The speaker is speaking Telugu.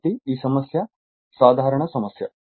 కాబట్టి ఈ సమస్య సాధారణ సమస్య